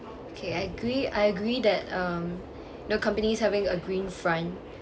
okay I agree I agree that um you know company's having a green front